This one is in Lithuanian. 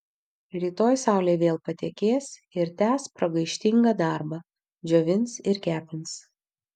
rytoj saulė vėl patekės ir tęs pragaištingą darbą džiovins ir kepins